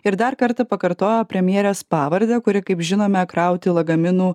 ir dar kartą pakartojo premjerės pavardę kuri kaip žinome krauti lagaminų